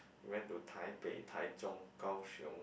you went to Taipei Taichung Kaohsiung